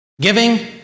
Giving